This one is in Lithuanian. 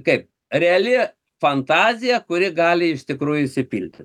kaip reali fantazija kuri gali iš tikrųjų įsipildyt